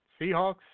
Seahawks